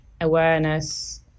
awareness